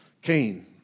Cain